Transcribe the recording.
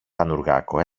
πανουργάκο